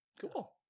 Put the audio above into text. Cool